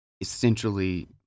essentially